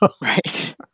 right